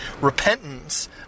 Repentance